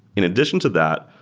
in addition to that,